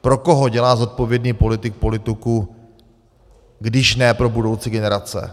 Pro koho dělá zodpovědný politik politiku, když ne pro budoucí generace?